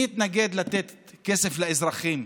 מי יתנגד לתת כסף לאזרחים,